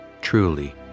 Truly